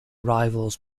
rivals